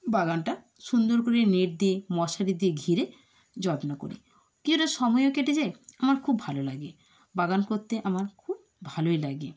বাগানটা সুন্দর করে নেট দিয়ে মশারি দিয়ে ঘিরে যত্ন করি কিছুটা সময়ও কেটে যায় আমার খুব ভালো লাগে বাগান করতে আমার খুব ভালোই লাগে